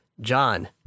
John